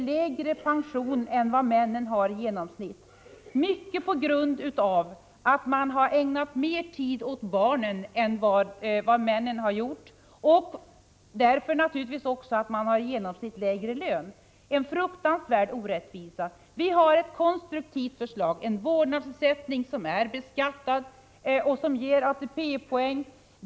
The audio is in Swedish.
lägre pension än männen, mycket på grund av att de har ägnat mer tid åt barnen än vad männen har gjort och därför naturligtvis också i genomsnitt har lägre lön? Det är en fruktansvärd orättvisa. Vi har där ett konstruktivt förslag: en vårdnadsersättning som är beskattad och som ger ATP-poäng.